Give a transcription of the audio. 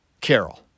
Carol